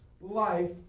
life